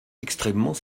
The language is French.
extrêmement